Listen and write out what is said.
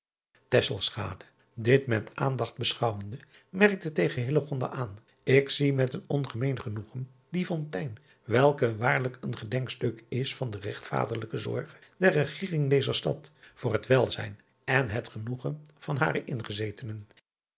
dit met aandacht beschouwende merkte tegen aan k zie met een ongemeen genoegen die ontein welke waarlijk een gedenkstuk is van de regt vaderlijke zorge der egering dezer stad voor het welzijn en het genoegen van hare ingezetenen